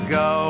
go